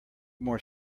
more